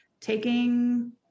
taking